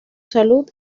salud